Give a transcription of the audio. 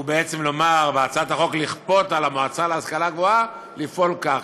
בעצם לכפות לפי החוק על המועצה להשכלה גבוהה לפעול כך,